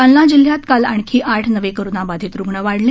जालना जिल्ह्यात काल आणखी आठ नवे कोरोनाबाधित रुग्ण वाढले